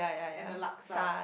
and the laksa